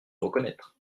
reconnaître